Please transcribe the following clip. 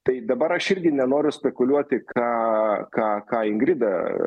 tai dabar aš irgi nenoriu spekuliuoti ką ką ką ingrida